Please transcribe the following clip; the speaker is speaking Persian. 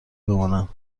بمانم